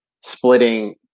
splitting –